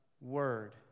word